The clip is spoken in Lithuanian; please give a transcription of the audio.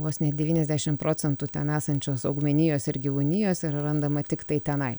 vos ne devyniasdešim procentų ten esančios augmenijos ir gyvūnijos yra randama tiktai tenai